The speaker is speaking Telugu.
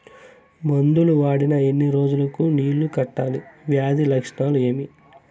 మందులు వాడిన ఎన్ని రోజులు కు నీళ్ళు కట్టాలి, వ్యాధి లక్షణాలు ఏమి?